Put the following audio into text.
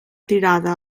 tirada